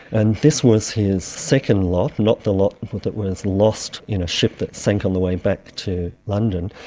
and this was his second lot, not the lot that was lost in a ship that sank on the way back to london.